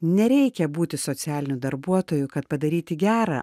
nereikia būti socialiniu darbuotoju kad padaryti gera